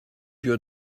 your